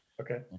Okay